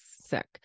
sick